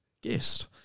guest